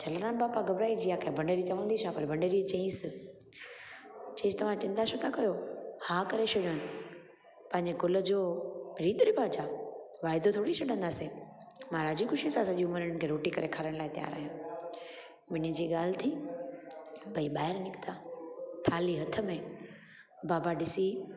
जलाराम बापा घबराइजी विया भंडेरी चवंदी छा पर भंडेरी चयईसि चयईसि तव्हां चिंता छो था कयो हा करे छॾियोनि पंहिंजे कुल जो रीत रिवाज़ु आहे वाइदो थोरी छॾंदासीं मां राजी ख़ुशी सां सॼी उमिरि हिननि खे रोटी करे खाराइण लाइ तयार आहियां ॿिन्हीं जी ॻाल्हि थी ॿई ॿाहिरि निकिता थाल्ही हथ में बाबा ॾिसी